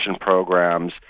programs